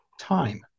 time